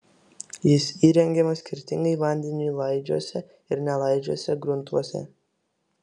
jis įrengiamas skirtingai vandeniui laidžiuose ir nelaidžiuose gruntuose